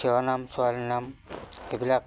সেৱা নাম ছোৱালী নাম এইবিলাক